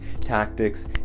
tactics